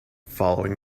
following